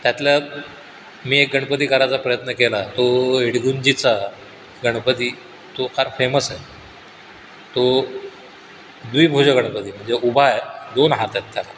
त्यातल्यात् मी एक गणपती करायचा प्रयत्न केला तो इडगुंजीचा गणपती तो फार फेमस आहे तो द्विभुजा गणपती म्हणजे उभा आहे दोन हात आहेत त्याला